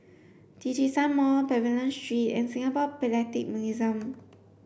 Djitsun Mall Pavilion Street and Singapore Philatelic Museum